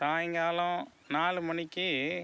சாய்ங்காலம் நாலு மணிக்கு